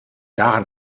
daran